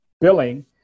billing